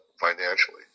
financially